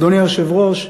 אדוני היושב-ראש,